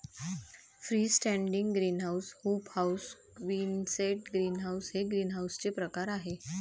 free standing greenhouse, hoop house, quonset greenhouse हे ग्रीनहाऊसचे प्रकार आहे